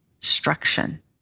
destruction